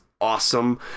awesome